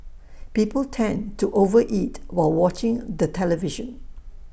people tend to over eat while watching the television